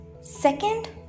second